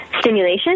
stimulation